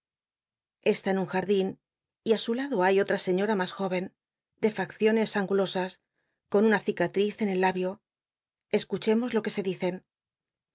i en un jardí n y i su lado hay otra sciiora mas jóven de facciones angulosas con una cicatriz en el labio escuchemos lo que se dicen